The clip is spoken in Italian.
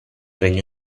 regno